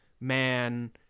man